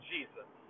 Jesus